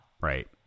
Right